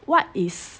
what is